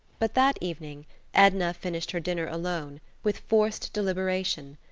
but that evening edna finished her dinner alone, with forced deliberation.